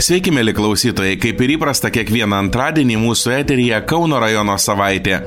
sveiki mieli klausytojai kaip ir įprasta kiekvieną antradienį mūsų eteryje kauno rajono savaitė